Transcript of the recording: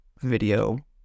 video